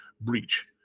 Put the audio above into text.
breach